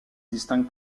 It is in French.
distingue